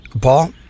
Paul